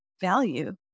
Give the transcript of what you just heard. value